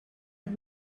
and